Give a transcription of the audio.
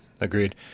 agreed